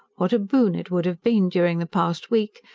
what a boon it would have been, during the past week,